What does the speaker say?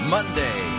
Monday